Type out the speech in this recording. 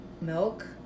milk